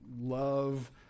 love